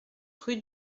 rue